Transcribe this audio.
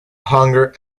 hunger